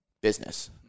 business